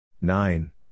nine